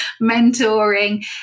mentoring